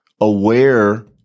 aware